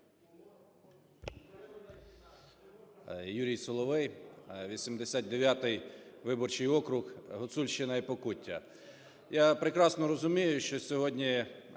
Юрій Соловей, 89 виборчий округ, Гуцульщина і Покуття.